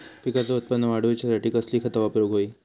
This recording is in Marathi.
पिकाचा उत्पन वाढवूच्यासाठी कसली खता वापरूक होई?